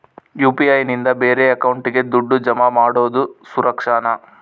UPI ನಿಂದ ಬೇರೆ ಅಕೌಂಟಿಗೆ ದುಡ್ಡು ಜಮಾ ಮಾಡೋದು ಸುರಕ್ಷಾನಾ?